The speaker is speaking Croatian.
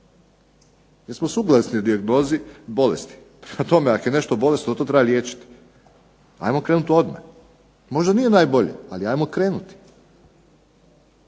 jer smo suglasni u dijagnozi bolesti. Prema tome, ako je nešto bolesno to treba liječiti. Ajmo krenuti odmah. Možda nije najbolje, ali ajmo krenuti.